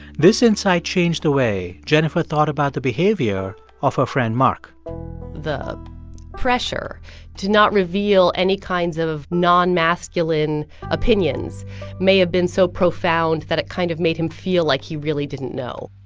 this insight changed the way jennifer thought about the behavior of her friend mark the pressure to not reveal any kinds of non-masculine opinions may have been so profound that it kind of made him feel like he really didn't know